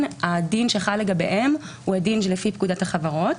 הדין שחל לגביהם הוא הדין שלפי פקודת החברות.